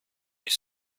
est